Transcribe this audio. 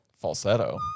Falsetto